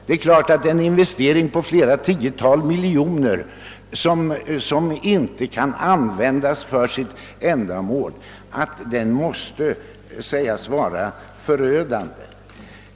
Det är klart att en investering på flera tiotal miljoner kronor som inte kan nyttiggöras för sitt ändamål blir helt förödande.